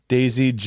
Daisy